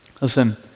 Listen